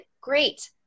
great